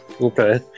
okay